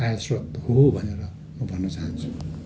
आय स्रोत हो भनेर म भन्न चाहन्छु